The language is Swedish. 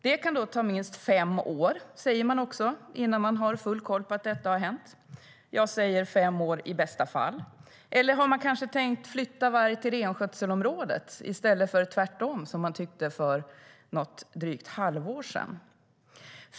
Det kan då ta minst fem år, säger man också, innan man har full koll på att detta har hänt. Jag säger: fem år i bästa fall. Eller har man kanske tänkt flytta varg till renskötselområdet, i stället för tvärtom, som man tyckte för drygt ett halvår sedan?